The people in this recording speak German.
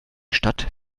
stadt